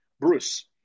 Bruce